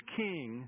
king